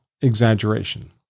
exaggeration